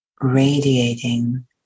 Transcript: radiating